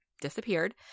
disappeared